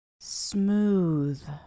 smooth